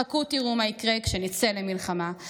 חכו תראו מה יקרה כשנצא למלחמה".